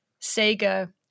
Sega